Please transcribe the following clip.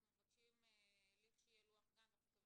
אנחנו מבקשים שכאשר יהיה לוח גן ואנחנו מקווים